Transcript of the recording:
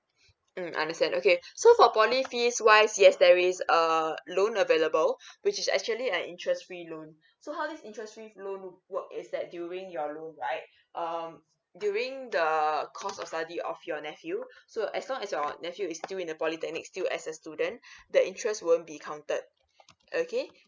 mm understand okay so poly fees wise yes there is err loan available which is actually an interest free loan so how this interest free loan work is that during your loan right um during the err course a study of your nephew so as long as your nephew is still in the polytechnic still as a student the interest won't be counted okay